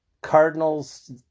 Cardinals